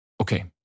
Okay